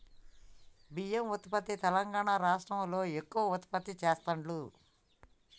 బియ్యం ఉత్పత్తి తెలంగాణా రాష్ట్రం లో ఎక్కువ ఉత్పత్తి చెస్తాండ్లు